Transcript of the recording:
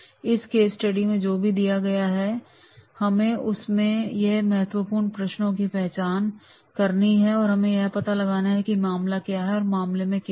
इस case study में जो भी दिया गया है हमें उसमें से महत्वपूर्ण प्रश्नों की पहचान करनी है हमें यह पता लगाना है कि मामला क्या है और मामले में क्या है